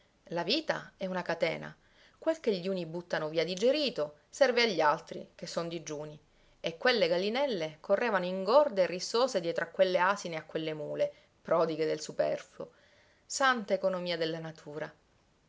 la vita è una catena quel che gli uni buttano via digerito serve agli altri che son digiuni e quelle gallinelle correvano ingorde e rissose dietro a quelle asine e a quelle mule prodighe del superfluo santa economia della natura